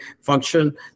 function